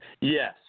Yes